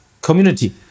community